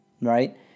Right